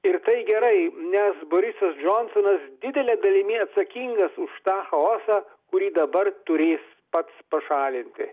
ir tai gerai nes borisas džonsonas didele dalimi atsakingas už tą chaosą kurį dabar turės pats pašalinti